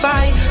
Fight